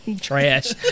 trash